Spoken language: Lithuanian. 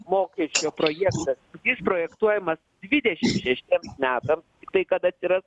mokesčio projektas jis projektuojamas dvidešim šeštiems metams tai kad atsiras